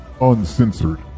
Uncensored